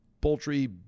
poultry